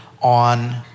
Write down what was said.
on